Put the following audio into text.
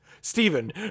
Stephen